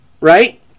right